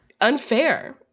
unfair